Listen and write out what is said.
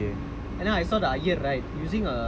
then I remembered going the aljunied சன்னதி:sankathi over there